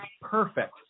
perfect